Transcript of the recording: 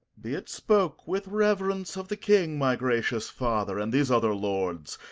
be it spoke with reverence of the king, my gracious father, and these other lords,